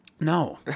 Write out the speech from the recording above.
No